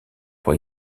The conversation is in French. pour